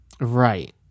Right